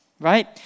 right